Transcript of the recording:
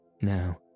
Now